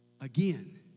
again